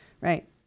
Right